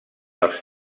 els